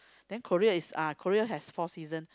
then Korea is uh Korea has four season